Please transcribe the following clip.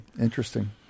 interesting